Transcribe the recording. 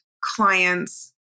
clients